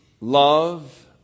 love